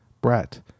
Brett